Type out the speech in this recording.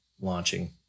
launching